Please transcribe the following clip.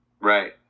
Right